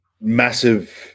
massive